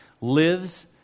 lives